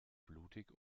blutig